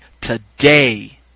today